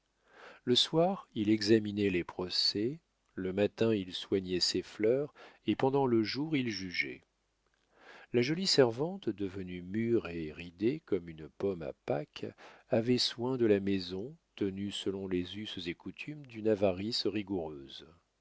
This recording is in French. le soir il examinait les procès le matin il soignait ses fleurs et pendant le jour il jugeait la jolie servante devenue mûre et ridée comme une pomme à pâques avait soin de la maison tenue selon les us et coutumes d'une avarice rigoureuse